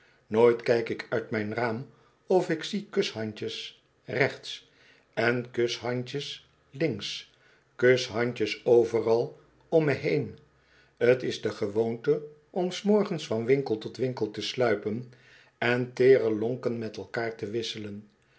nooit kijk ik uit mijn raam of ik zie kushandjes rechts en kushandjes links kushandje overal om me heen t is de gewoonte om s morgens van winkel tot winkel te sluipen en teerc lonken met elkaar te wisselen